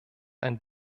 ein